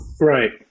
Right